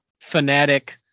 fanatic